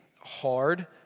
hard